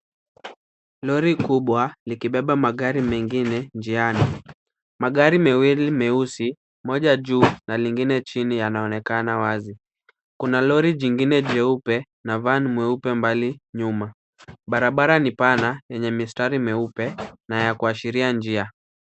Lori kubwa, likibeba magari mengine njiani. Magari mawili meusi, moja juu na lingine chini yanaonekana wazi. Kuna lori jingine jeupe na van mweupe mbali nyuma. Barabara ni pana yenye mistari myeupe na ya kuashiria njia.